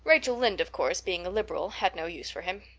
rachel lynde, of course, being a liberal, had no use for him.